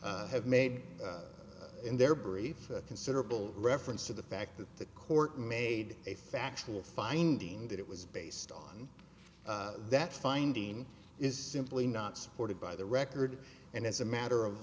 have made in their briefs a considerable reference to the fact that the court made a factual finding that it was based on that finding is simply not supported by the record and as a matter of